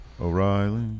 O'Reilly